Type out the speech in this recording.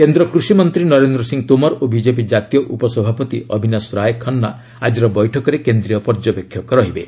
କେନ୍ଦ୍ର କୃଷିମନ୍ତ୍ରୀ ନରେନ୍ଦ୍ର ସିଂ ତୋମର୍ ଓ ବିଜେପି ଜାତୀୟ ଉପସଭାପତି ଅବିନାଶ ରାୟ ଖାନ୍ଧା ଆଜିର ବୈଠକରେ କେନ୍ଦ୍ରୀୟ ପର୍ଯ୍ୟବେକ୍ଷକ ରହିବେ